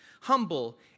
Humble